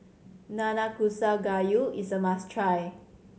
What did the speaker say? Nanakusa Gayu is a must try